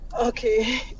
Okay